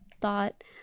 thought